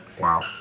Wow